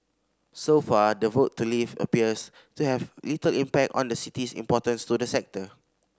so far the vote to leave appears to have little impact on the city's importance to the sector